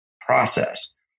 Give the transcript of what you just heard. process